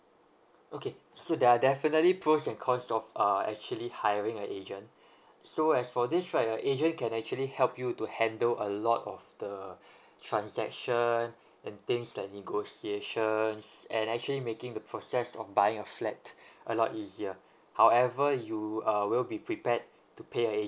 okay so they're definitely pros and cons of uh actually hiring a agent so as for this right uh if you can actually help you to handle a lot of the transaction and things like negotiations and actually making the process of buying a flat a lot easier however uh you will be prepared to pay